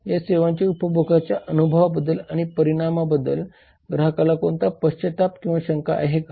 या सेवांच्या उपभोगाच्या अनुभवाबद्दल आणि परिणामाबाबत ग्राहकाला कोणता पश्चात्ताप किंवा शंका आहे का